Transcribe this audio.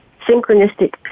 synchronistic